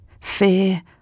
fear